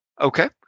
Okay